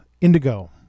Indigo